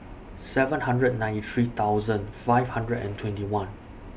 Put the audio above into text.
seven hundred and ninety three thousand five hundred and twenty one